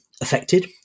affected